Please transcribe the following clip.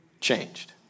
changed